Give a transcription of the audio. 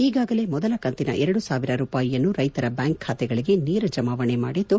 ಈಗಾಗಲೇ ಮೊದಲ ಕಂತಿನ ಎರಡು ಸಾವಿರ ರೂಪಾಯಿಗಳನ್ನು ರೈತರ ಬ್ಯಾಂಕ್ ಖಾತೆಗಳಿಗೆ ನೇರ ಜಮಾವಣೆ ಮಾಡಿದ್ದು